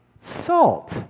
Salt